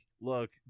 look